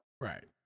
Right